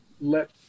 let